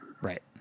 Right